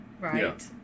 right